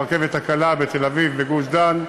הרכבת הקלה בתל-אביב ובגוש-דן,